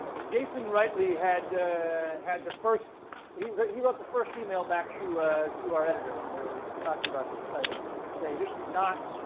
jason rightly had had the first he wrote he wrote the first email back to to our editor when we were talking about this title, to say this is not